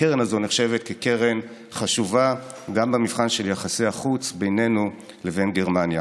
הקרן הזאת נחשבת קרן חשובה גם במבחן של יחסי החוץ בינינו לבין גרמניה.